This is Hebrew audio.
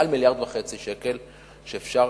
מעל 1.5 מיליארד שקלים, שאפשר